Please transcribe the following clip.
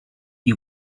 you